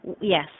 yes